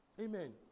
Amen